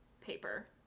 paper